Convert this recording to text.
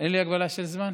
אין לי הגבלה של זמן?